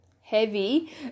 heavy